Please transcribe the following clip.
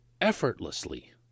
effortlessly